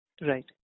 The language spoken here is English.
Right